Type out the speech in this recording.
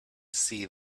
see